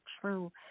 true